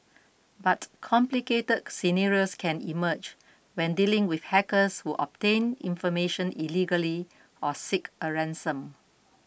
but complicated scenarios can emerge when dealing with hackers who obtain information illegally or seek a ransom